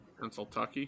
Pennsylvania